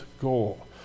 goal